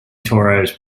torres